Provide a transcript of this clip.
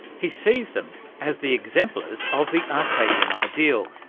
he sees them as the exemplars of the arcadian ideal,